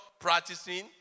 practicing